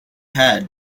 had